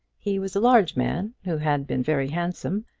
he was a large man, who had been very handsome,